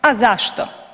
A zašto?